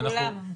כולם הובאו.